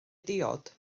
diod